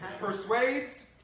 persuades